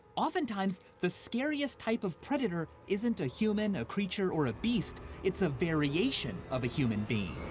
oftentimes the scariest type of predator isn't a human, a creature, or a beast, it's a variation of a human being.